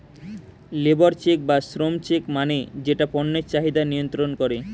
labour check বা শ্রম check মানে যেটা পণ্যের চাহিদা নিয়ন্ত্রন করে